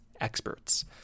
experts